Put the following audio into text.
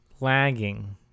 lagging